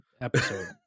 episode